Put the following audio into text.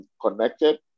connected